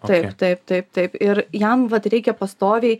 taip taip taip taip ir jam vat reikia pastoviai